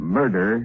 Murder